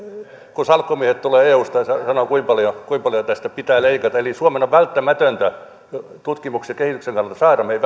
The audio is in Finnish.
kun salkkumiehet tulevat eusta ja sanovat kuinka paljon tästä pitää leikata eli suomen on välttämätöntä tutkimuksen ja kehityksen kannalta saada meidän